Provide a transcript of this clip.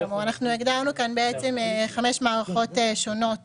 הגדרנו כאן חמש מערכות בטיחות שונות